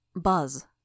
Buzz